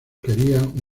querían